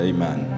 Amen